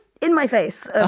in-my-face